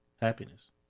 happiness